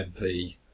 MP